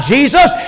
Jesus